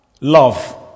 Love